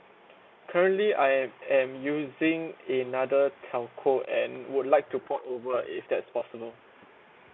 currently I am using another telco and would like to port over if that's possible